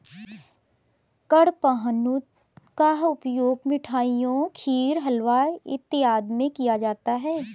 कडपहनुत का उपयोग मिठाइयों खीर हलवा इत्यादि में किया जाता है